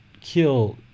kill